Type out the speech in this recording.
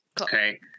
okay